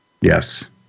Yes